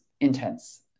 intense